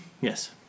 Yes